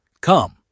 Come